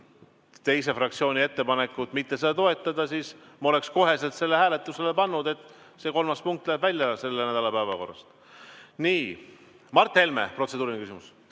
teise fraktsiooni ettepanekut mitte seda ettepanekut toetada, siis ma oleksin kohe hääletusele pannud, et see kolmas punkt läheb välja selle nädala päevakorrast. Mart Helme, protseduuriline küsimus.